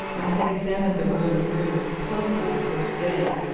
i had examined the ruined rooms closely the first day.